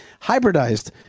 hybridized